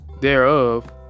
thereof